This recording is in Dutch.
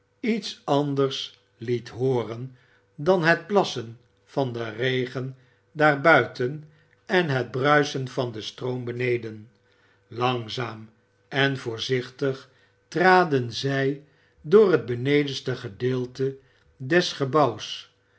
iets anders liet hooren dan het plassen van den regen daar buiten en het bruisen van den stroom beneden langzaam en voorzichtig traden zij door het benedenste gedeelte des gebouws